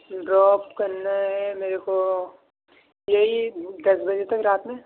drop کرنا ہے میرے کو یہی دس بجے تک رات میں